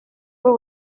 b’u